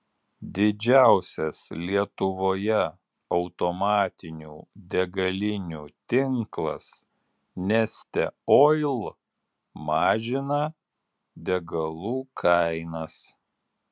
didžiausias lietuvoje automatinių degalinių tinklas neste oil mažina degalų kainas